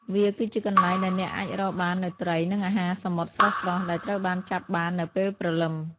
វាគឺជាកន្លែងដែលអ្នកអាចរកបាននូវត្រី និងអាហារសមុទ្រស្រស់ៗ ដែលត្រូវបានចាប់បាននៅពេលព្រលឹម។